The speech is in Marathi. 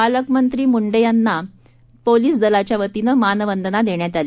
पालकमंत्री मुंडे यांना पोलिस दलाच्या वतीने मानवंदना देण्यात आली